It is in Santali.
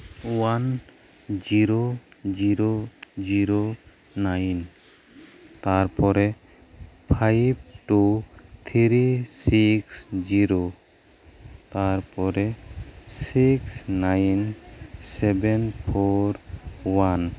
one zero zero zero nine ᱛᱟᱨᱯᱚᱨᱮ five two three six zero ᱛᱟᱨᱯᱚᱨᱮ six nine seven four one